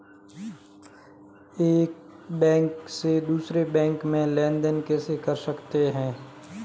एक बैंक से दूसरे बैंक में लेनदेन कैसे कर सकते हैं?